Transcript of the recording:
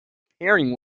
pairing